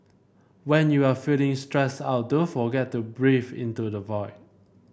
when you are feeling stressed out don't forget to breathe into the void